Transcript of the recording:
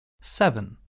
seven